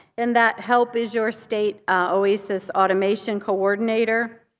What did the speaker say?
and that help is your state oasis automation coordinator.